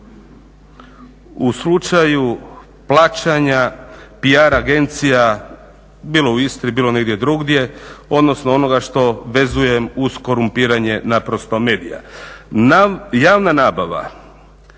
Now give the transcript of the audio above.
u slučaju plaćanja PR agencija bilo u Istri, bilo negdje drugdje, odnosno onoga što vezujem uz korumpiranje naprosto medija. Javna nabava